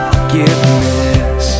Forgiveness